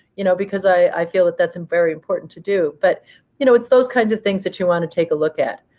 you know because i feel that that's and very important to do. but you know it's those kinds of things that you want to take a look at.